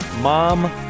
Mom